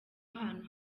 ahantu